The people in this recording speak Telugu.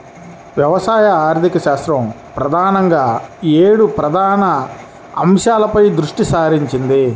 వ్యవసాయ ఆర్థికశాస్త్రం ప్రధానంగా ఏడు ప్రధాన అంశాలపై దృష్టి సారించింది